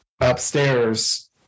upstairs